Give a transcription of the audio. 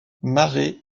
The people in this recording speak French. marais